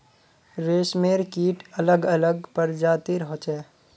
रेशमेर कीट अलग अलग प्रजातिर होचे